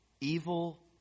evil